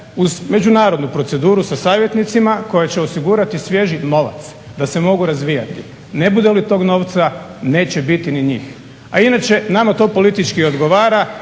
uz međunarodnu proceduru sa savjetnicima koja će osigurati svježi novac da se mogu razvijati. Ne bude li tog novca neće biti ni njih. A inače, nama to politički odgovara